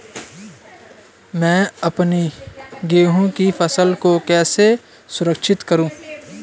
मैं अपनी गेहूँ की फसल को कैसे सुरक्षित करूँ?